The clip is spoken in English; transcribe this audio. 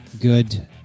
good